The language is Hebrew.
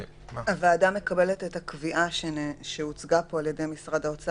האם הוועדה מקבלת את הקביעה שהוצגה פה על ידי משרד האוצר